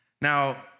Now